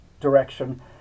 direction